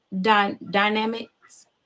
Dynamics